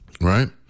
right